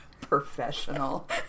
Professional